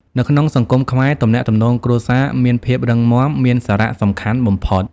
នៅក្នុងសង្គមខ្មែរ ទំនាក់ទំនងគ្រួសារមានភាពរឹងមាំ មានសារៈសំខាន់បំផុត។